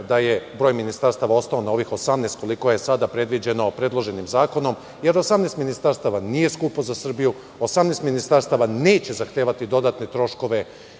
da je broj ministarstava ostao na ovih 18 koliko je sada predviđeno predloženim zakonom, jer 18 ministarstava nije skupo za Srbiju, 18 ministarstava neće zahtevati dodatne troškove